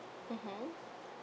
mmhmm